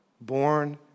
born